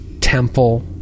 temple